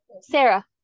Sarah